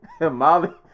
Molly